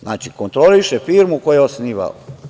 Znači, kontroliše firmu koju je osnivao.